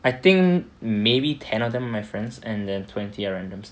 I think maybe ten of them my friends and then twenty are randos